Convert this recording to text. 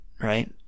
right